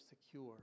secure